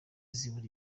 zibura